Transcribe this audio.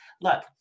look